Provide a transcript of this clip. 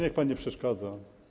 Niech pan nie przeszkadza.